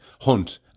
hunt